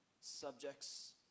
subjects